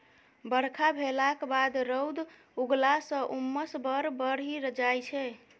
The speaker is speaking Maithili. बरखा भेलाक बाद रौद उगलाँ सँ उम्मस बड़ बढ़ि जाइ छै